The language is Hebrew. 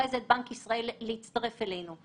ואת בנק ישראל להצטרף אלינו,